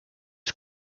his